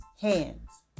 hands